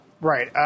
Right